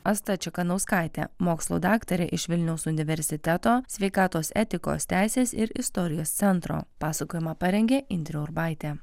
asta čekanauskaitė mokslo daktarė iš vilniaus universiteto sveikatos etikos teisės ir istorijos centro pasakojimą parengė indrė urbaitė